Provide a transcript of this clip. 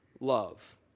love